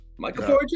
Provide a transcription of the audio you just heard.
Michael